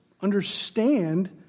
understand